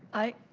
aye.